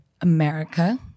America